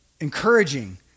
encouraging